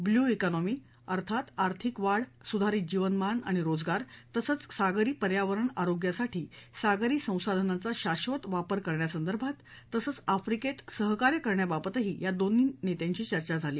blue economy अर्थात आर्थिक वाढ सुधारित जीवनमान आणि रोजगार तसंच सागरी पर्यावरण आरोग्यासाठी सागरी संसाधनांचा शाश्वत वापर करण्यासंदर्भात तसंच आफ्रिकेत सहकार्य करण्याबाबतही या दोन नेत्यांची चर्चा झाली